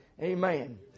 Amen